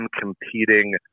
competing